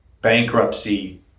Bankruptcy